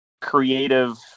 creative